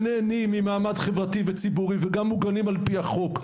שנהנים ממעמד חברתי וציבורי וגם מוגנים על פי החוק,